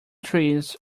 trees